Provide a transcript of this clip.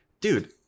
dude